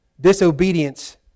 Disobedience